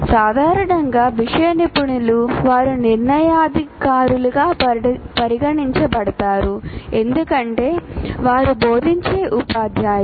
సాధారణంగా విషయ నిపుణులు వారు నిర్ణయాధికారులుగా పరిగణించబడతారు ఎందుకంటే వారు బోధించే ఉపాధ్యాయులు